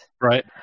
Right